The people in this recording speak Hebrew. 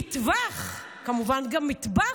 מטווח, כמובן, גם מטבח,